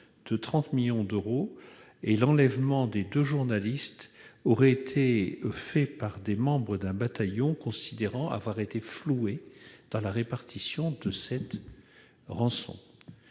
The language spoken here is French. de 30 millions d'euros et l'enlèvement des deux journalistes aurait été commis par des membres d'un bataillon considérant avoir été floués dans la répartition de cette rançon.